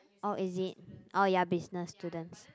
oh is it orh ya business students